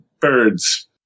birds